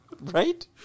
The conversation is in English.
Right